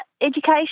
education